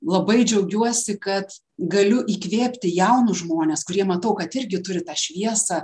labai džiaugiuosi kad galiu įkvėpti jaunus žmones kurie matau kad irgi turi tą šviesą